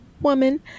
woman